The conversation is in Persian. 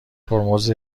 ترمز